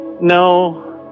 No